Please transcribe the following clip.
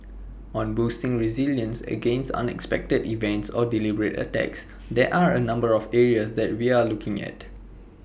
on boosting resilience against unexpected events or deliberate attacks there are A number of areas that we are looking at